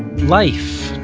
life,